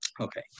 Okay